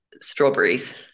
strawberries